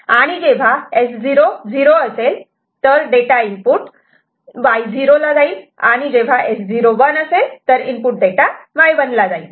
आणि जेव्हा S0 0असेल तर इनपुट डेटा Y0 ला जाईल आणि जेव्हा S0 1 असेल तर इनपुट डेटा Y1 ला जाईल